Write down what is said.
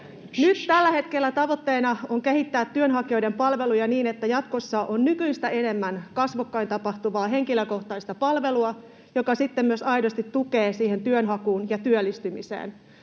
hallituspuolueilla. Tavoitteena on kehittää työnhakijoiden palveluja niin, että jatkossa on nykyistä enemmän kasvokkain tapahtuvaa henkilökohtaista palvelua, joka sitten myös aidosti tukee työnhakua ja työllistymistä.